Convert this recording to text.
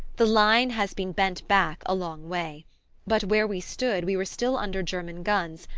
the line has been bent back a long way but where we stood we were still under german guns,